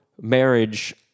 marriage